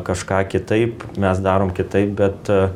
kažką kitaip mes darom kitaip bet